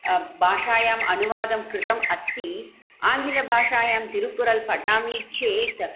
भाषायाम् अनुवादं कृतम् अस्ति आङ्गलभाषायाम् तिरुकुरल् पठामि चेत्